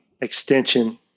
extension